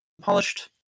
polished